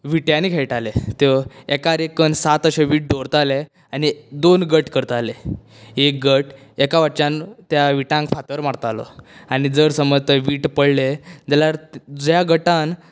विटांनी खेळटाले ते एकार एक कन्न सात अशे वीट दवरताले आनी दोन गट करताले एक गट एका वटच्यान त्या विटांक फातर मारतालो आनी जर समज थंय वीट पडले जाल्यार ज्या गटान